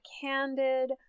candid